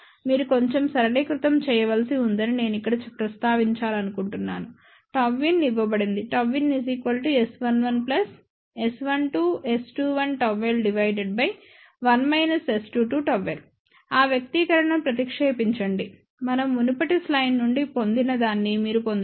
మీరు కొంచెం సరళీకృతం చేయవలసి ఉందని నేను ఇక్కడ ప్రస్తావించాలనుకుంటున్నాను Γin ఇవ్వబడింది ΓinS11S12S21L1 S22L ఆ వ్యక్తీకరణను ప్రతిక్షేపించండి మనం మునుపటి స్లయిడ్ నుండి పొందినదాన్ని మీరు పొందుతారు